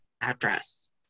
address